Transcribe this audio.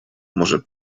może